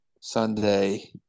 Sunday